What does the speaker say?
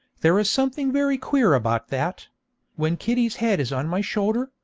there is something very queer about that when kitty's head is on my shoulder,